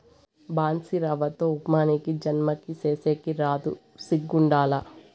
బన్సీరవ్వతో ఉప్మా నీకీ జన్మకి సేసేకి రాదు సిగ్గుండాల